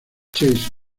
chase